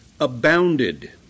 abounded